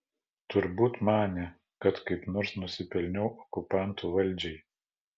turbūt manė kad kaip nors nusipelniau okupantų valdžiai